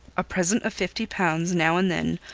a present of fifty pounds, now and then,